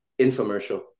infomercial